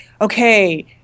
okay